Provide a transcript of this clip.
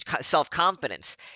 self-confidence